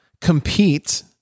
compete